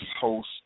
host